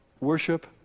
worship